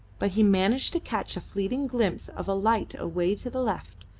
but he managed to catch a fleeting glimpse of a light away to the left,